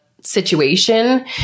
situation